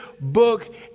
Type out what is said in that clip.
book